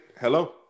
hello